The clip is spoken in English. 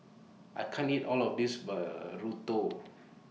I can't eat All of This Burrito